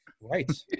Right